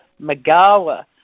Magawa